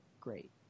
great